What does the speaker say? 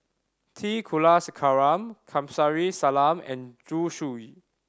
T Kulasekaram Kamsari Salam and Zhu Xu